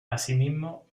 asimismo